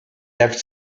left